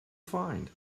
find